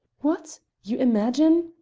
what! you imagine